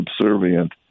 subservient